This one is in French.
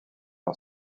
par